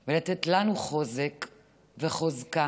ולתת לנו חוזק וחוזקה.